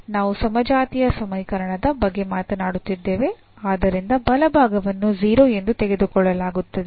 ನಾವು ಸಮಜಾತೀಯ ಸಮೀಕರಣದ ಬಗ್ಗೆ ಮಾತನಾಡುತ್ತಿದ್ದೇವೆ ಆದ್ದರಿಂದ ಬಲಭಾಗವನ್ನು 0 ಎಂದು ತೆಗೆದುಕೊಳ್ಳಲಾಗುತ್ತದೆ